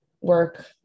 work